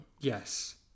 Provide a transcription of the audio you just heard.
yes